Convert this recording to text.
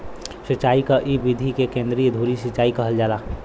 सिंचाई क इ विधि के केंद्रीय धूरी सिंचाई कहल जाला